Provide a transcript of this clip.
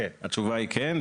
כן, התשובה היא כן.